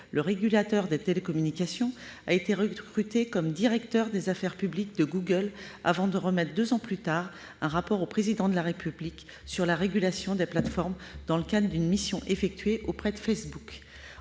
le régulateur des télécommunications, a été recruté comme directeur des affaires publiques de Google, avant de remettre, deux ans plus tard, un rapport au Président de la République sur la régulation des plateformes, dans le cadre d'une mission effectuée auprès de Facebook.